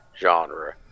genre